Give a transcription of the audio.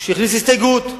שהכניס הסתייגות.